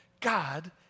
God